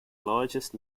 largest